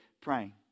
praying